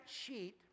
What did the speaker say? sheet